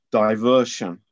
diversion